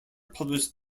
published